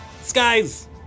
Skies